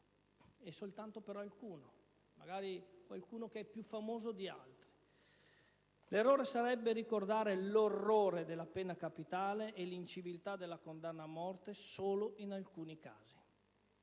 e solo per alcuni, magari qualcuno che è più famoso di altri. L'errore sarebbe ricordare l'orrore della pena capitale e l'inciviltà della condanna a morte solo in alcuni casi.